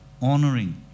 honoring